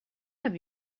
have